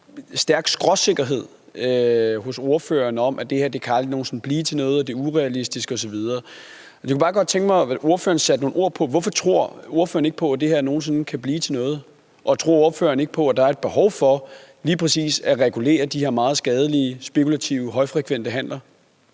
stærk skråsikkerhed hos ordføreren om, at det her aldrig nogen sinde kan blive til noget, og at det er urealistisk osv. Jeg kunne bare godt tænke mig, at ordføreren satte nogle ord på, hvorfor han ikke tror på, at det her nogen sinde kan blive til noget. Tror ordføreren ikke på, at der er behov for lige præcis at regulere de her meget skadelige spekulative højfrekvente handler?